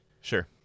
Sure